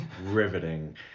Riveting